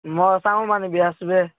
ମୋ ସାଙ୍ଗମାନେ ବି ଆସିବେ